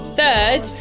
third